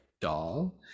doll